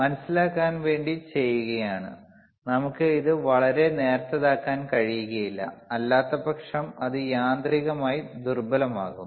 മനസിലാക്കാൻ വേണ്ടി ചെയ്യുകയാണ് നമുക്ക് ഇത് വളരെ നേർത്തതാക്കാൻ കഴിയില്ല അല്ലാത്തപക്ഷം അത് യാന്ത്രികമായി ദുർബലമാകും